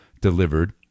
delivered